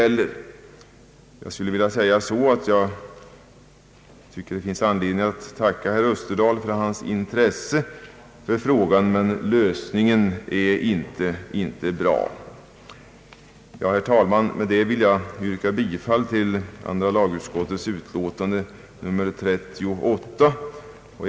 Jag skulle vilja säga att det finns anledning att tacka herr Österdahl för hans intresse i denna fråga, men att lösningen av problemet inte är bra. Herr talman! Med vad jag här anfört vill jag yrka bifall till andra lagutskottets förslag i dess utlåtande nr 38.